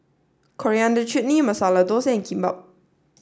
Coriander Chutney Masala Dosa and Kimbap